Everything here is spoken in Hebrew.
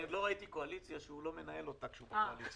אני עוד לא ראיתי קואליציה שהוא לא מנהל אותה כשהוא בקואליציה.